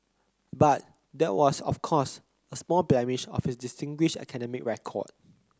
but that was of course a small blemish of his distinguished academic record